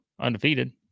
undefeated